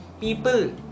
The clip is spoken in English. people